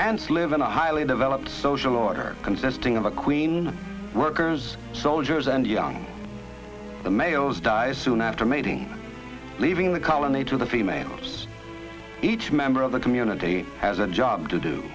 slid in a highly developed social order consisting of a queen workers soldiers and young the males dies soon after mating leaving the colony to the females each member of the community has a job to do